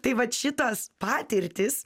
tai vat šitos patirtys